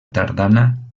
tardana